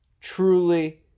truly